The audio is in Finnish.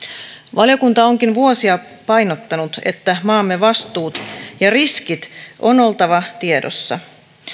valiokunta onkin vuosia painottanut että maamme vastuiden ja riskien on oltava tiedossa